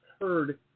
heard